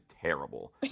terrible